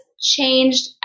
changed